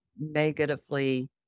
negatively